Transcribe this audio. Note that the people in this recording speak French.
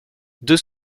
deux